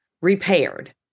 repaired